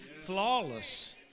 flawless